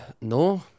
no